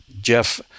Jeff